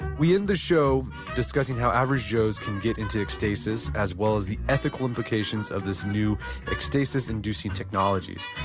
we end this show discussing how average joes can get into ecstasis as well as the ethical implications of this new ecstasis-inducing technologies.